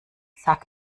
sag